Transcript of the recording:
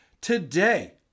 Today